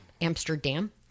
Amsterdam